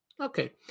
Okay